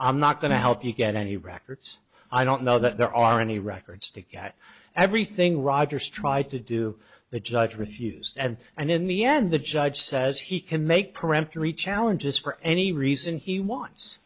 i'm not going to help you get any records i don't know that there are any records to get everything rogers tried to do the judge refused and and in the end the judge says he can make peremptory challenges for any reason he wants